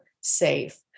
safe